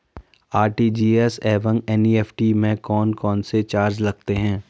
RTGS एवं NEFT में कौन कौनसे चार्ज लगते हैं?